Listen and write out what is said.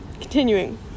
continuing